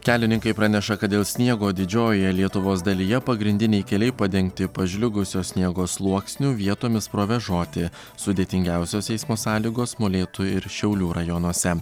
kelininkai praneša kad dėl sniego didžiojoje lietuvos dalyje pagrindiniai keliai padengti pažliugusio sniego sluoksniu vietomis provėžoti sudėtingiausios eismo sąlygos molėtų ir šiaulių rajonuose